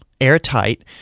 airtight